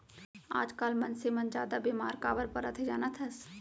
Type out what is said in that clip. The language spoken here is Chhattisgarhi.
आजकाल मनसे मन जादा बेमार काबर परत हें जानत हस?